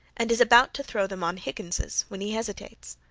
and is about to throw them on higgins's when he hesitates.